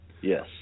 Yes